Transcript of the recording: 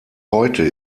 heute